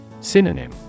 Synonym